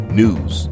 news